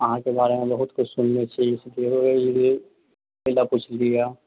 अहाँकेँ बारेमे बहुत किछु सुनले छियै इसिलिये एहिला पुछलियै यऽ